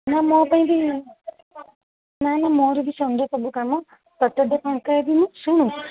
ନା ମୋ ପାଇଁ କି ନାହିଁ ନାହିଁ ମୋର ବି ସନ୍ଡ଼େ ସବୁ କାମ ସାଟର୍ଡ଼େ ଫାଙ୍କା ଅଛି ମୁଁ ଶୁଣୁ